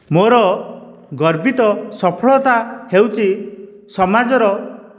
ମୋର ଗର୍ବିତ ସଫଳତା ହେଉଛି ସମାଜର